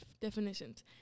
definitions